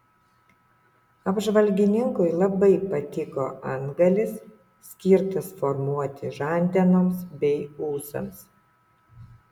apžvalgininkui labai patiko antgalis skirtas formuoti žandenoms bei ūsams